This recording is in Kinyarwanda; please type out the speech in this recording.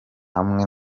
hamwe